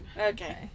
Okay